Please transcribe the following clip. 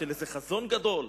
של איזה חזון גדול?